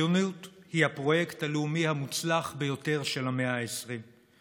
הציונות היא הפרויקט הלאומי המוצלח ביותר של המאה ה-20.